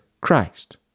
Christ